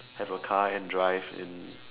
have a car and drive and